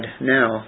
now